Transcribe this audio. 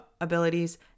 abilities